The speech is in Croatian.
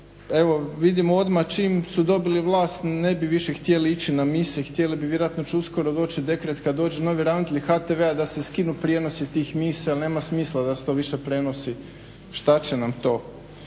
evo vidim odmah čim su dobili vlast ne bi više htjeli ići na mise, vjerojatno će uskoro doći dekret kad dođe novi ravnatelj HTV-a da se skinu prijenosi tih misa jer nama smisla da se to više prenosi, šta će nam to.